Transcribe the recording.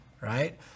right